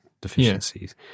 deficiencies